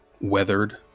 weathered